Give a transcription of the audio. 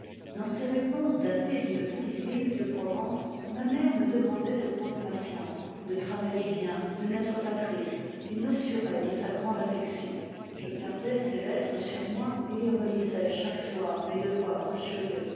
dans ses réponses datées d'une petite ville de provence ma mère me demandait de prendre patience de travailler bien de n'être pas triste et m'assurait de sa grande affection je gardais ses lettres sur moi et les relisais chaque soir mes devoirs